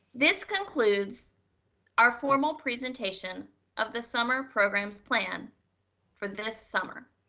this concludes our formal presentation of the summer programs plan for this summer.